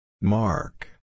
Mark